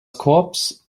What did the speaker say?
corps